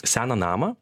seną namą